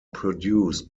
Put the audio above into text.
produced